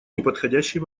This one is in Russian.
неподходящий